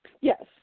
yes